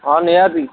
ହଁ ନିହାତି